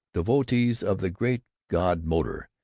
devotees of the great god motor,